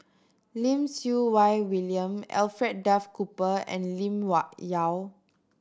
Lim Siew Wai William Alfred Duff Cooper and Lim Yau